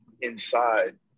inside